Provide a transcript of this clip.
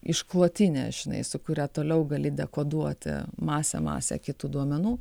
išklotinę žinai su kuria toliau gali dekoduoti masę masę kitų duomenų